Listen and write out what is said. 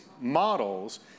models